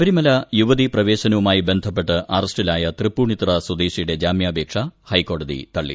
ശബരിമല യുവതീ പ്രവേശനവുമായി ബന്ധപ്പെട്ട് ന് അറസ്റ്റിലായ തൃപ്പൂണിത്തുറ സ്വദേശിയുടെ ജാമ്യാപേക്ഷ ഹൈക്കോടതി തള്ളി